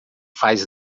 faz